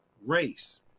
race